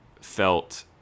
felt